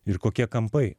ir kokie kampai